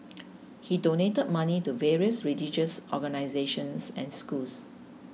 he donate money to various religious organisations and schools